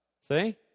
See